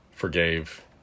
forgave